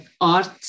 art